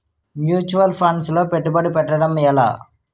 Mutual funds లో పెట్టుబడి పెట్టడం ఎలా?